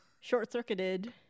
short-circuited